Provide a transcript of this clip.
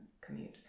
commute